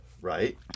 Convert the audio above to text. Right